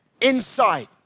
insight